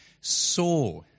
saw